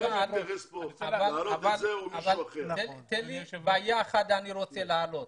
אני רוצה להעלות בעיה אחת.